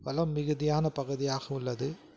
வளம் மிகுதியான பகுதியாக உள்ளது